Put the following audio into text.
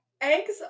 Eggs